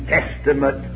Testament